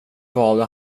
valde